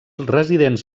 residents